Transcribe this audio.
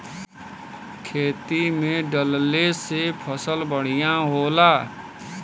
खेती में डलले से फसल बढ़िया होला